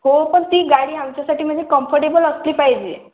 हो पण ती गाडी आमच्यासाठी म्हणजे कम्फर्टेबल असली पाहिजे